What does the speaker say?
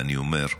ואני אומר: